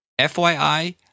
FYI